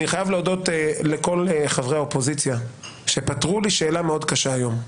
אני חייב להודות לכל חברי האופוזיציה שפתרו עבורי שאלה מאוד קשה היום.